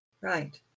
Right